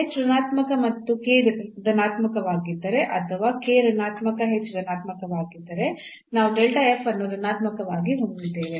ಈ ಈ h ಋಣಾತ್ಮಕ ಮತ್ತು k ಧನಾತ್ಮಕವಾಗಿದ್ದರೆ ಅಥವಾ k ಋಣಾತ್ಮಕ h ಧನಾತ್ಮಕವಾಗಿದ್ದರೆ ನಾವು ಅನ್ನು ಋಣಾತ್ಮಕವಾಗಿ ಹೊಂದಿದ್ದೇವೆ